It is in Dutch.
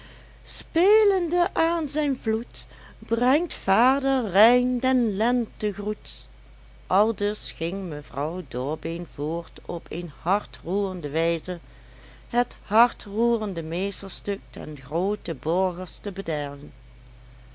spelende aan zijn vloed brengt vader rijn den lentegroet aldus ging mevrouw dorbeen voort op een hartroerende wijze het hartroerende meesterstuk des grooten borgers te bederven